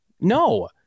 No